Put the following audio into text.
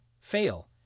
fail